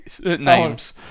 names